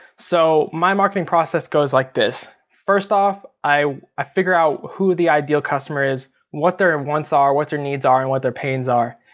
so my marketing process goes like this. first off, i i figure out who the ideal customer is, what their and wants are, what their needs are, and what their pains are.